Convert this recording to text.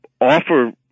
offer